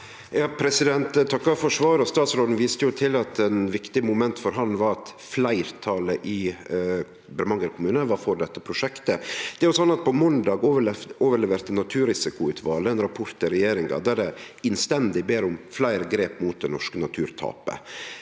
takkar for svar- et. Statsråden viste til at eit viktig moment for han var at fleirtalet i Bremanger kommune var for dette prosjektet. På måndag overleverte naturrisikoutvalet ein rapport til regjeringa der dei innstendig ber om fleire grep mot det norske naturtapet.